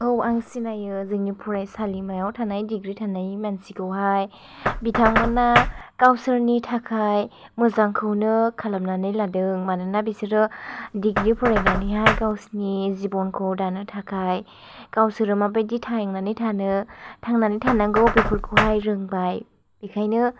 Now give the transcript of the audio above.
औ आं सिनायो जोंनि फरायसालिमायाव थानाइ डिग्रि थानाय मानसिखौहाय बिथांमोनहा गावसोरनि थाखाय मोजांखौनो खालामनानै लादों मानोना बिसोरो डिग्री फरायनानैहाय गावसोरनि जिवनखौ दानो थाखाय गावसोरो मा बाइदि थांनानै थानो थांनानै थानांगौ बेफोरखौहाय रोंबाय बेखायनो